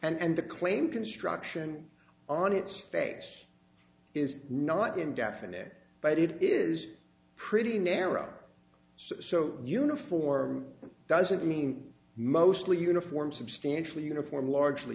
and the claim construction on its face is not indefinite but it is pretty narrow so uniform doesn't mean mostly uniform substantially uniform largely